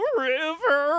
river